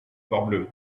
morbleu